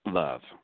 love